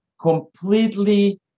completely